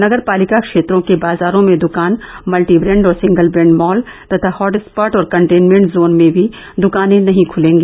नगर पालिका क्षेत्रों के बाजारों में दूकान मल्टीब्रेंड और सिंगल ब्रेंड मॉल तथा हॉटस्पॉट और कंटेनमेंट जोन में भी दूकानें नहीं खुलेगी